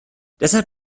deshalb